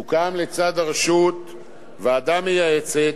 תוקם לצד הרשות ועדה מייעצת,